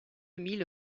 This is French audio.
mille